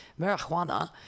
marijuana